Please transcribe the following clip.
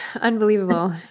Unbelievable